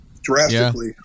drastically